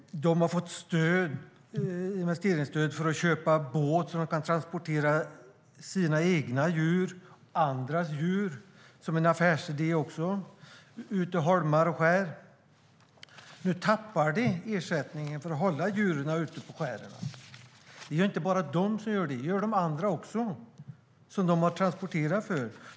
De har fått investeringsstöd för att köpa båt och därmed kunna transportera sina egna djur - och även andras, som en affärsidé - ut till holmar och skär. Nu tappar bönderna ersättningen för att hålla djuren ute på skären, och inte bara de gör det utan också de bönder de har transporterat åt.